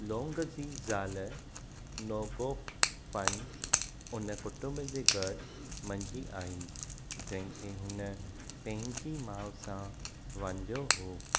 लौंग जी ज़ाल नोगोकु फानु हुन कुटुंब जे घर मंझि आहे जिंहिं खे हुन पंहिंजी माउ सां वंडियो हो